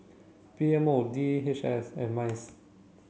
P M O D H S and MICE